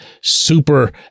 super